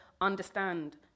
understand